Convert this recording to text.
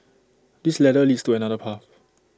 this ladder leads to another path